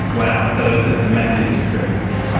wow, so there's a massive discrepancy.